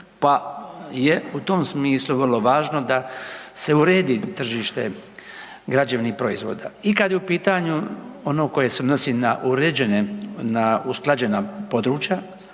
pa je u tom smislu vrlo važno da se uredi tržište građevnih proizvoda i kada je u pitanju ovo koje se odnosi na usklađena područja